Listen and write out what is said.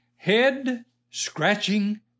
Head-scratching